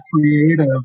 creative